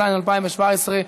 התשע"ז 2017,